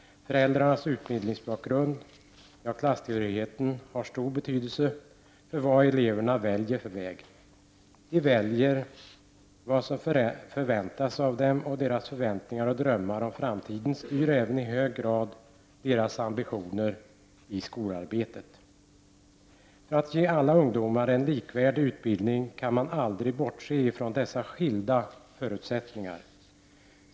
Föräldrarnas utbildningsbakgrund och klasstillhörighet har stor betydelse för vilken väg barnen väljer. De väljer vad som förväntas av dem, och deras förväntningar och drömmar om framtiden styr även i hög grad deras ambitioner i skolarbetet. För att ge alla ungdomar en likvärdig utbildning kan man aldrig bortse från dessa skilda förutsättningar.